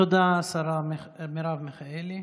תודה לשרה מרב מיכאלי.